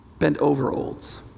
bent-over-olds